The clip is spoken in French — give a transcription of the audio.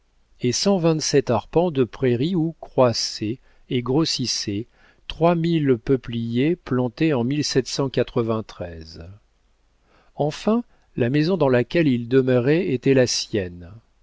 et cent vingt-sept arpents de prairies où croissaient et grossissaient trois mille peupliers plantés en enfin la maison dans laquelle il demeurait était la sienne